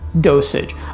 dosage